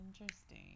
interesting